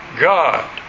God